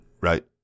right